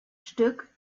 stück